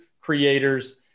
creators